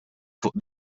fuq